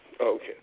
Okay